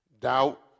Doubt